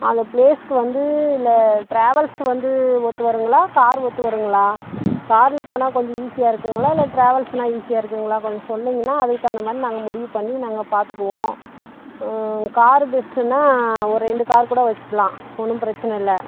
அந்த ப்ளேஸ்க்கு வந்து இல்லை ட்ராவல்ஸ் வந்து ஒத்துவருங்களா கார் ஒத்துவருங்களா காரில் போனால் கொஞ்சம் ஈஸியாக இருக்குங்களா இல்லை ட்ராவல்ஸ்னா ஈஸியாக இருக்குங்களா கொஞ்சம் சொன்னிங்கன்னா அதுக்கு தகுந்தமாதிரி நாங்கள் முடிவு பண்ணி நாங்கள் பார்த்துக்குவோம் காரு பெஸ்ட்டுன்னா ஒரு ரெண்டு கார் கூட வச்சுக்கலாம் ஒன்றும் பிரச்சனை இல்லை